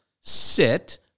sit